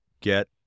get